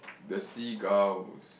the seagulls